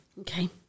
Okay